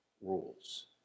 rules